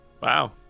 Wow